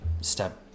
step